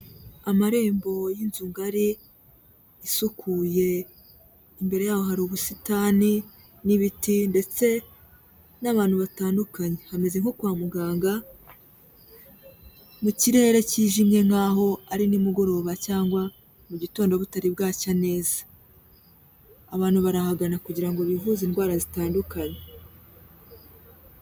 Amarembo y'inzu ngari isukuye, imbere yaho hari ubusitani n'ibiti ndetse n'abantu batandukanye, hameze nko kwa muganga mu kirere kijimye nkaho ari nimugoroba cyangwa mu gitondo butari bwacya neza, abantu barahagana kugira ngo bivuze indwara zitandukanye.